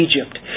Egypt